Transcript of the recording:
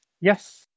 Yes